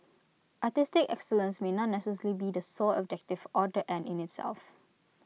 artistic excellence may not necessarily be the sole objective or the end in itself